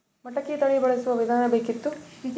ಮಟಕಿ ತಳಿ ಬಳಸುವ ವಿಧಾನ ಬೇಕಿತ್ತು?